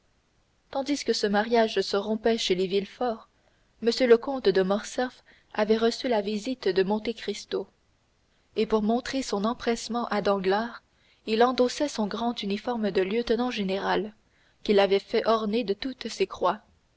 tandis que ce mariage se rompait chez les villefort m le comte de morcerf avait reçu la visite de monte cristo et pour montrer son empressement à danglars il endossait son grand uniforme de lieutenant général qu'il avait fait orner de toutes ses croix